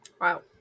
Wow